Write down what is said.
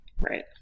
Right